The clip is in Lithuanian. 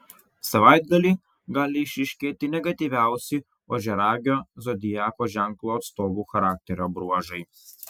savaitgalį gali išryškėti negatyviausi ožiaragio zodiako ženklo atstovų charakterio bruožai